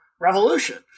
revolution